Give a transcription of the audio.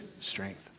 strength